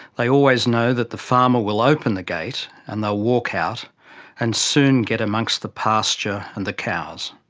they always know that the farmer will open the gate and they'll walk out and soon get among so the pasture and the cows.